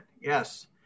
Yes